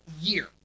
year